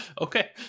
Okay